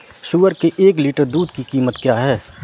सुअर के एक लीटर दूध की कीमत क्या है?